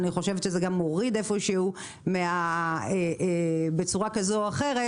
אני חושבת שזה גם מוריד איפשהו בצורה כזו או אחרת,